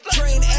Train